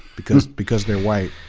because because they're white.